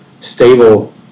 stable